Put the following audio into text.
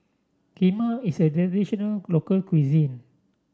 Kheema is a traditional local cuisine